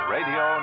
Radio